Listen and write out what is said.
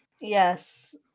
Yes